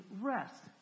rest